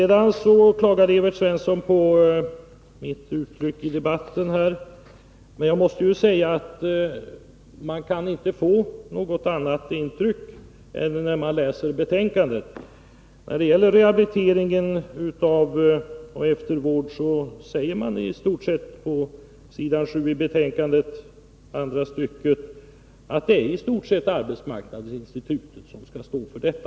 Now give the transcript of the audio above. Evert Svensson klagade över mitt sätt att uttrycka mig i debatten. Men jag måste säga att man inte kan få något annat intryck när man läser betänkandet. När det gäller rehabilitering och eftervård sägs det ju på s. 7, andra stycket, i betänkandet att det huvudsakligen är arbetsmarknadsinstituten som skall stå för den verksamheten.